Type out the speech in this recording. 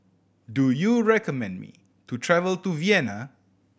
do you recommend me to travel to Vienna